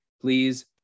please